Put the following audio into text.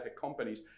companies